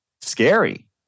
scary